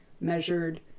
measured